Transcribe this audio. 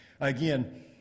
Again